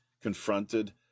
confronted